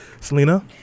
Selena